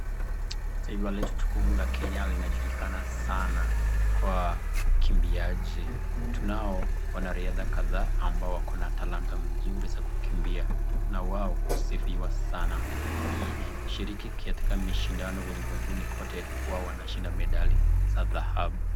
Taifa letu tukufu la Kenya linajulikana sana kwa ukimbiaji, tunao wanariadha kadhaa ambao wako na talanta nzuri za kukimbia na wao husifiwa sana wakishiriki katika mashindano ulimwenguni kote ,wao wanashinda medali za dhahabu.